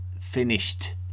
finished